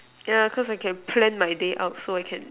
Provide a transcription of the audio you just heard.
yeah because I can plan my day out so I can